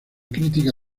crítica